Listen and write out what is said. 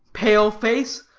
pale face!